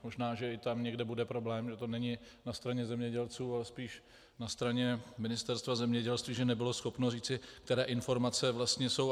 Možná že i tam někde bude problém, že to není na straně zemědělců, ale spíš na straně Ministerstva zemědělství, že nebylo schopno říci, které informace vlastně jsou.